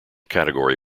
category